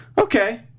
Okay